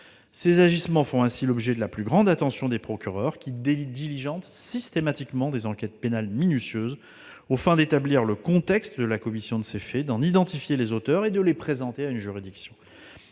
Ces agissements font ainsi l'objet de la plus grande attention de la part des procureurs, qui diligentent systématiquement des enquêtes pénales minutieuses, aux fins d'établir le contexte de la commission des faits, d'en identifier les auteurs et de présenter ces derniers à une juridiction.